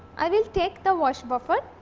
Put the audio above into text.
i will take the wash buffer